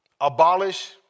abolish